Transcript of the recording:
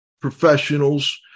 professionals